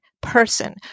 person